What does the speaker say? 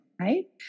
right